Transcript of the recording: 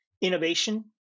Innovation